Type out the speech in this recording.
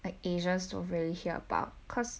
like asians don't really hear about cause